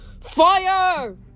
Fire